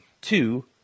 two